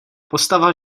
postava